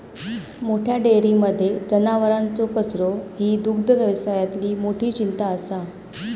मोठ्या डेयरींमध्ये जनावरांचो कचरो ही दुग्धव्यवसायातली मोठी चिंता असा